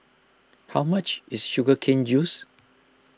how much is Sugar Cane Juice